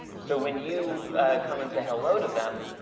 so, when you come and say hello to them,